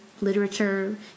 Literature